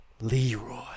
Leroy